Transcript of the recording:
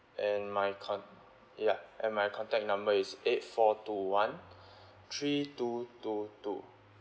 and my con~ yup and my contact number is eight four two one three two two two